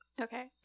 Okay